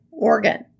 organ